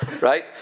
right